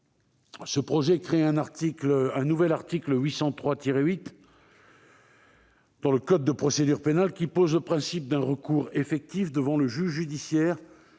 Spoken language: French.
ce texte crée un nouvel article 803-8 dans le code de procédure pénale, qui pose le principe d'un recours effectif devant le juge judiciaire,